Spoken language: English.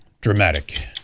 dramatic